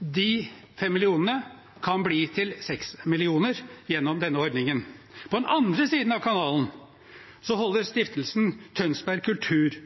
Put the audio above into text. De fem millionene kan bli til seks millioner gjennom denne ordningen. På den andre siden av kanalen holder stiftelsen Tønsberg